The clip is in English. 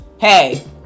hey